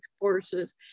courses